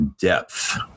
depth